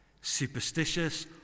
superstitious